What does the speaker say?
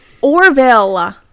Orville